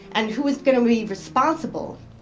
and who is going to be responsible,